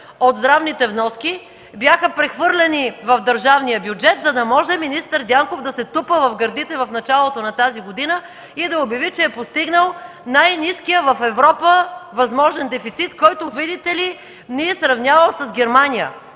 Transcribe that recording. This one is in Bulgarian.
от здравните вноски, бяха прехвърлени в държавния бюджет, за да може министър Дянков да се тупа в гърдите в началото на тази година и да обяви, че е постигнал най-ниския в Европа възможен дефицит, който, видите ли, ни изравнява с Германия!